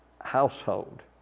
household